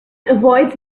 avoids